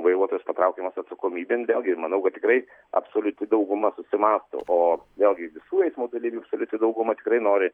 vairuotojas patraukiamas atsakomybėn vėlgi manau kad tikrai absoliuti dauguma susimąsto o vėlgi visų eismo dalyvių absoliuti dauguma tikrai nori